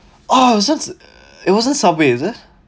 oh so it wasn't subway is it